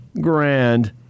grand